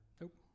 nope